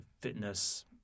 fitness